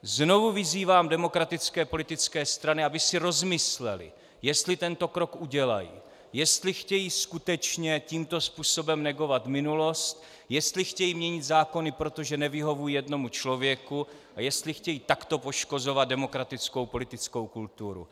Znovu vyzývám demokratické politické strany, aby si rozmyslely, jestli tento krok udělají, jestli chtějí skutečně tímto způsobem negovat minulost, jestli chtějí měnit zákony proto, že nevyhovují jednomu člověku, a jestli chtějí takto poškozovat demokratickou politickou kulturu.